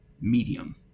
medium